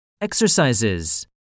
Exercises